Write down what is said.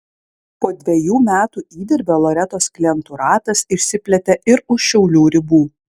po dvejų metų įdirbio loretos klientų ratas išsiplėtė ir už šiaulių ribų